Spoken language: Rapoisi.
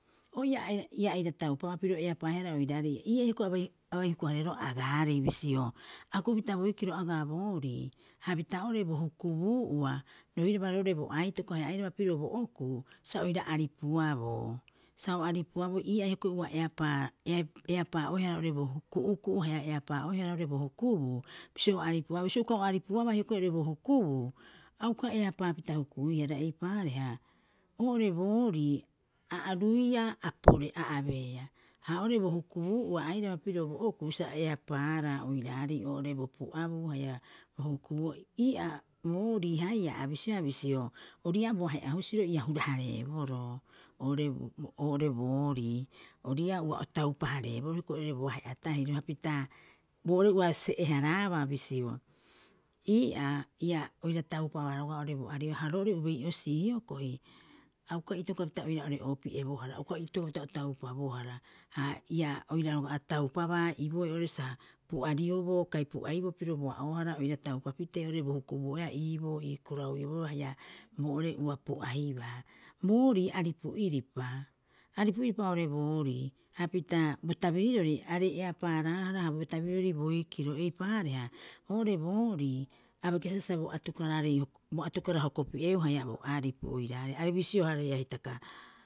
O ia aira, ia aira taupabaa piro eapaaehara ooiraarei ii'aa hioko'i a bai, a bai huku- hareero agaarei bisio, akukupita boikiro agaa boorii, hapita oo'ore bo hukubuu'ua roiraba roo'ore bo aitoko haia airaba pirio bo okuu sa oira aripuaboo. Sa o aripuaboo ii'aa hioko'i ua eapaa ua eapaa'oehara oo'ore bo ku'uku'u. Haia eapaa'oehara oo'ore bo hukubu, bisio aripua sa uka aripuaba hioko'i rebohukubu. A uka eapaapita hukuihara eipaareha, oo'ore boorii, aa ruia'apore aabeeha. Ha oo'ore bo hukubu ua airaba piro bo oku sa eeapaarae ooiraarei oo'ore bo puabu haia bo hukubu. Ii'aa boorii haia a bisio a bisio ori'iia bohae a uu siro ii'aa hurahareeboro. Oo'ore boorii ori'iia uu ataupaareeboro hiokoi oo'ore bo haia itaea iruapita, boorii ua se'eharaba bisio ii'aa, ii'aa oi'ii rataupaa roga'a ore bo roga'a hareboha reoreo be osi hioko'i. A uka itokopapita oii'raa ore opiebohara, a uka itokopapita taupabohara. Ha ii'aa oira roga'a a taupaba ii'boo reoreo sa, pua kai puai bo piroboaohara oii'raa taupapite ore bo hukubu haia ii'boo, ii korau ii'boro haia, bo oo'ore ua poaebaa. Boorii aripu'iripaa. Aripu'iripaa oo'ore boorii. Ha pita bo tabiriorei arei'eapaaraha arei bo tabirio boikiro eipaareha. Oo'ore boorii, a bau kesesa bo atoko'rarei. Bo atokorahokopie uu haia bo aripu oii'rarei. Arei bisio arei'itaka.